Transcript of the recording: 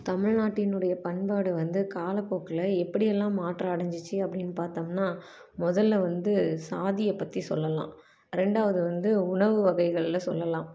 தமிழ்நாட்டினுடைய பண்பாடு வந்து காலப்போக்கில் எப்படி எல்லாம் மாற்றம் அடஞ்சிச்சு அப்படின்னு பார்த்தோம்னா முதல்ல வந்து சாதியை பற்றி சொல்லலாம் ரெண்டாவது வந்து உணவு வகைகள்ல சொல்லலாம்